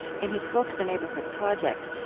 in his book the neighborhood project,